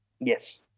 Yes